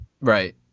Right